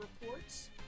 reports